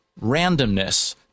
randomness